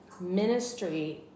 ministry